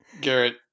Garrett